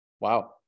Wow